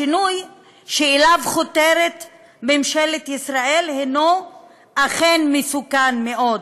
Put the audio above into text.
השינוי שאליו חותרת ממשלת ישראל הנו אכן מסוכן מאוד.